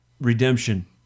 redemption